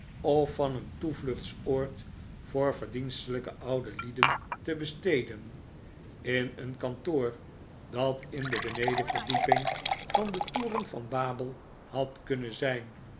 of van een toevluchtsoord voor verdienstelijke oude lieden te besteden in een kantoor dat in de benedenverdieping van den toren van babel had kunnen zijn